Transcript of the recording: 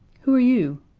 who are you?